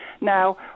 Now